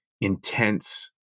intense